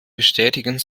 bestätigen